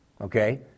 Okay